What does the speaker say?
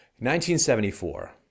1974